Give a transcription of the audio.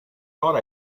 thought